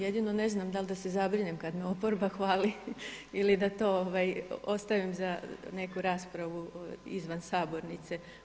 Jedino ne znam da li da se zabrinem kad me oporba hvali ili da to ostavim za neku raspravu izvan sabornice.